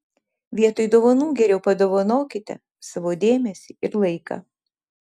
vietoj dovanų geriau padovanokite savo dėmesį ir laiką